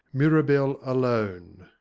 mirabell alone.